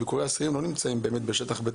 ביקורי אסירים לא באמת מתקיימים בשטח בית